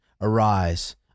Arise